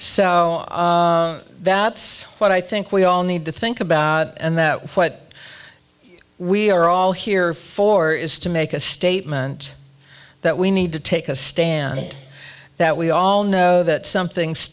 so that's what i think we all need to think about and that what we are all here for is to make a statement that we need to take a stand that we all know that something's